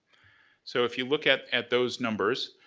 so, if you look at at those numbers,